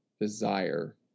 desire